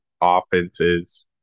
offenses